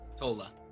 Tola